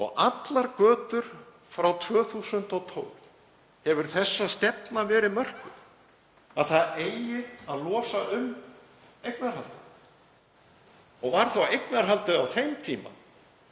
Allar götur frá 2012 hefur sú stefna verið mörkuð að það eigi að losa um eignarhaldið og var eignarhaldið á þeim tíma